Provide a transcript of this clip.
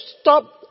stop